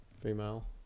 Female